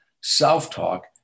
self-talk